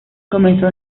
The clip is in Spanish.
comenzó